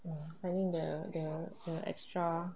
mm finding the the the extra